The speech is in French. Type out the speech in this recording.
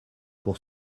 pour